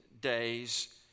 days